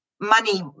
money